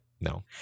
No